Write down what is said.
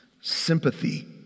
sympathy